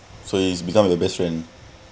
so he become the best friend